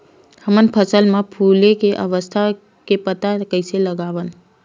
हमन फसल मा फुले के अवस्था के पता कइसे लगावन?